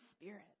spirit